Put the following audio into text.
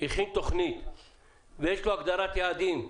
הכין תוכנית ויש לו הגדרת יעדים.